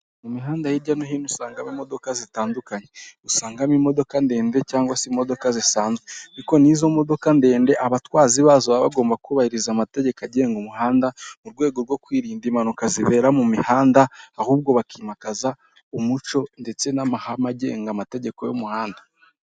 Mu mihanda hirya no hino usangamo imodoka zitandukanye, usangamo imodoka ndende cyangwa se imodoka zisanzwe, ariko n'izo modoka ndende, abatwazi bazo baba bagomba kubahiriza amategeko agenga umuhanda, mu rwego rwo kwirinda impanuka zibera mu mihanda, ahubwo bakimakaza umuco ndetse n'amahame agenga amategeko y'umuhanda.